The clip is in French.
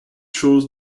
choses